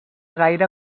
gaire